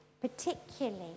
particularly